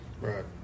Right